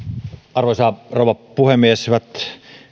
arvoisa rouva puhemies hyvät